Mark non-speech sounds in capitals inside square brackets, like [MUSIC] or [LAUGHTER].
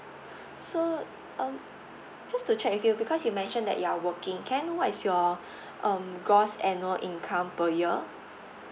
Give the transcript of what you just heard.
so um just to check with you because you mentioned that you are working can I know what is your [BREATH] um gross annual income per year